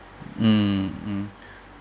mm mm